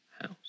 house